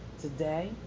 Today